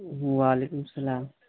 وعلیکم السلام